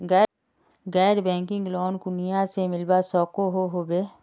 गैर banking loan कुनियाँ से मिलवा सकोहो होबे?